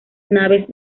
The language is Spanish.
naves